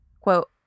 quote